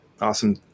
awesome